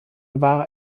war